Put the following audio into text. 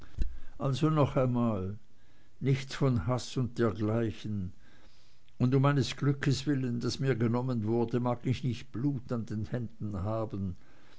also noch einmal nichts von haß oder dergleichen und um eines glückes willen das mir genommen wurde mag ich nicht blut an den händen haben